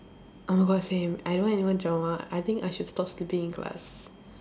oh my god same I don't want anymore drama I think I should stop sleeping in class